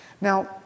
Now